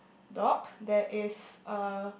dog that is uh